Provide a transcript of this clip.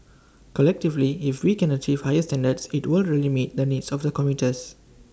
collectively if we can achieve higher standards IT will really meet the needs of the commuters